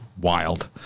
wild